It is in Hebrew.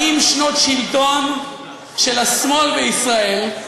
40 שנות שלטון של השמאל בישראל,